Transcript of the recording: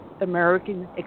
American